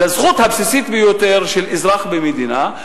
לזכות הבסיסית ביותר של אזרח במדינה.